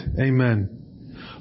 Amen